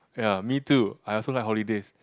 ya me too I also like holidays